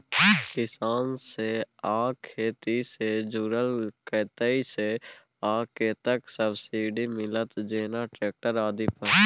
किसान से आ खेती से जुरल कतय से आ कतेक सबसिडी मिलत, जेना ट्रैक्टर आदि पर?